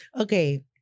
Okay